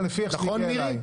נכון, מירי?